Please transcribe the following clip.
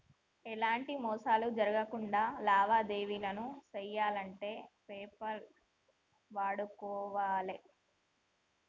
ఎలాంటి మోసాలు జరక్కుండా లావాదేవీలను చెయ్యాలంటే పేపాల్ వాడుకోవాలే